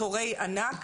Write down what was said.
יש תורי ענק,